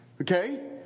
okay